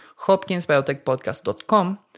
hopkinsbiotechpodcast.com